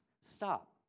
Stop